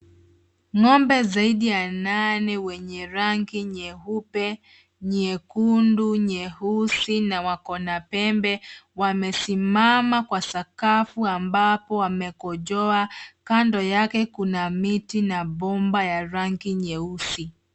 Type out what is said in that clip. Ng'ombe zaidi ya nane wenye rangi nyeupe, nyekundu, nyeusi na wako na pembe, wamesimama kwa sakafu ambapo wamekojoa. Kando yake kuna miti na bomba ya rangi nyeusi.